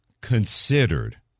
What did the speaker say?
considered